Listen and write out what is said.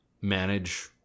manage